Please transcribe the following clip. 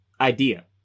idea